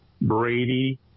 Brady